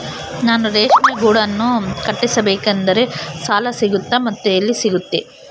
ನಾನು ರೇಷ್ಮೆ ಗೂಡನ್ನು ಕಟ್ಟಿಸ್ಬೇಕಂದ್ರೆ ಸಾಲ ಸಿಗುತ್ತಾ ಮತ್ತೆ ಎಲ್ಲಿ ಸಿಗುತ್ತೆ?